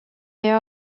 there